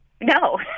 no